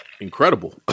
incredible